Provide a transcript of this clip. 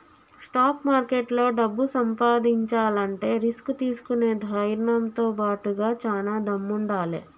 stock మార్కెట్లో డబ్బు సంపాదించాలంటే రిస్క్ తీసుకునే ధైర్నంతో బాటుగా చానా దమ్ముండాలే